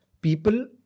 people